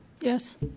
Yes